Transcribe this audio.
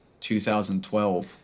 2012